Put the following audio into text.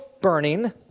burning